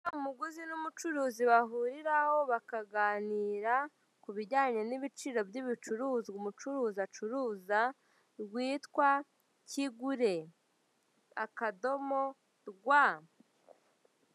Urubuga umuguzi n'umucuruzi bahuriraho bakaganira ku bijyanye n'ibiciro by'ibicuruzwa umucuruzi acuruza rwitwa kigure akadomo rwa.